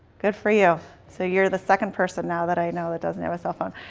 good for you. so you're the second person now that i know that doesn't have a cell phone.